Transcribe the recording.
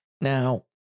Now